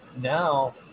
now